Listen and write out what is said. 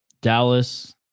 Dallas